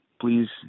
please